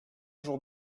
jour